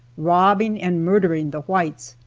robbing and murdering the whites.